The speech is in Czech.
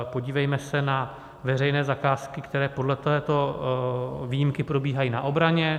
Podívejme se na veřejné zakázky, které podle této výjimky probíhají na obraně.